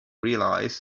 realize